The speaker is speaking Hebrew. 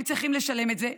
הם צריכים לשלם את זה,